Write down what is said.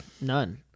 none